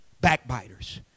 Backbiters